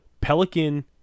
Pelican